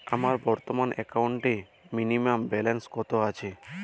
আমার বর্তমান একাউন্টে মিনিমাম ব্যালেন্স কত আছে?